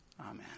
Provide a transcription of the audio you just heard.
Amen